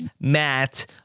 Matt